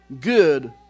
good